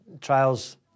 trials